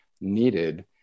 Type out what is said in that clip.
needed